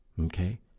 Okay